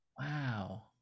Wow